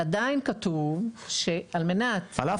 לא,